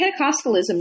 Pentecostalism